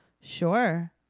sure